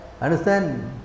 Understand